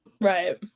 Right